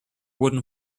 wooden